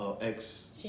ex